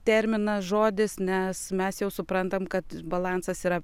terminas žodis nes mes jau suprantam kad balansas yra